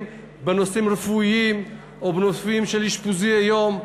בנושאים רפואיים או בנושאים של אשפוזי-יום.